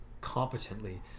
competently